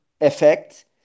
effect